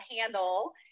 handle